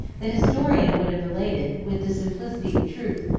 the historian would have related, with the simplicity of truth,